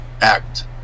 Act